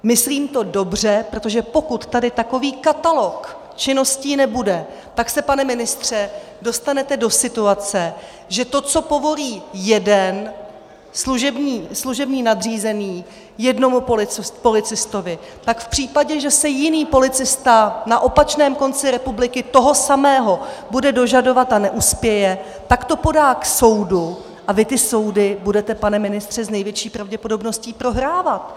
Myslím to dobře, protože pokud tady takový katalog činností nebude, tak se, pane ministře, dostanete do situace, že to, co povolí jeden služební nadřízený jednomu policistovi, tak v případě, že se jiný policista na opačném konci republiky toho samého bude dožadovat a neuspěje, tak to podá k soudu a vy ty soudy budete, pane ministře, s největší pravděpodobností prohrávat.